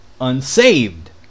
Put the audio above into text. unsaved